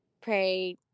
pray